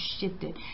shifted